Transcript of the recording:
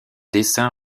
dessins